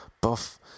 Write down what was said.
buff